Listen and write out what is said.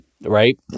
right